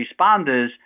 responders